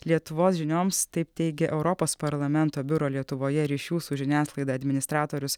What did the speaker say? lietuvos žinioms taip teigia europos parlamento biuro lietuvoje ryšių su žiniasklaida administratorius